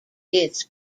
its